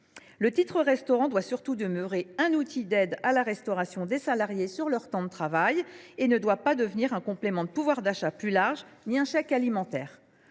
Le titre restaurant doit surtout demeurer un outil d’aide à la restauration des salariés sur leur temps de travail. Il ne doit pas devenir un complément de pouvoir d’achat plus large ni un chèque alimentaire.